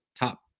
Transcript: top